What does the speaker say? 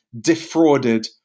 defrauded